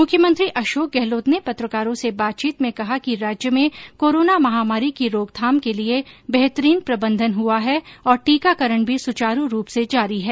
मुख्यमंत्री अशोक गहलोत ने पत्रकारों से बातचीत में कहा कि राज्य में कोरोना महामारी की रोकथाम के लिए बेहतरीन प्रबन्धन हुआ है और टीकाकरण भी सूचारू रूप से जारी है